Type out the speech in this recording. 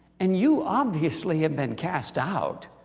and you obviously have been cast out.